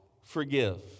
forgive